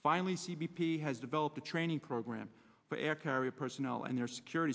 finally c b p has developed a training program for air carrier personnel and their security